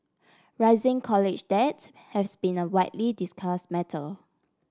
rising college debt has been a widely discuss matter